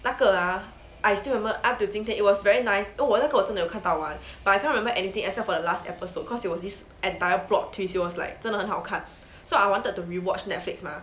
那个 ah I still remember up 今天 it was very nice 那个我真的有看到完 but I cannot remember anything except for the last episode cause it was this entire plot twist it was like 真的很好看 so I wanted to rewatch Netflix mah